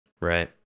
Right